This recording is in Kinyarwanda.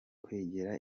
kwegera